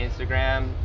Instagram